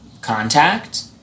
contact